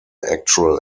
actual